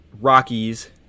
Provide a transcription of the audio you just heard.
Rockies